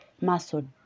muscle